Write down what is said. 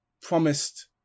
promised